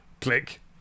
Click